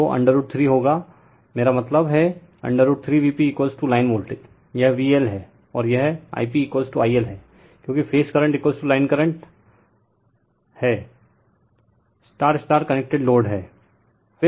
तो √ 3 होगा मेरा मतलब है √ 3Vp लाइन वोल्टेज यह VL है और यह I p I L हैं क्योंकि phase current line current refer time 1439 star star connected load हैं